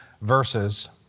verses